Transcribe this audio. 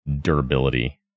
durability